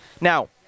Now